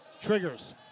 triggers